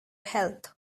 health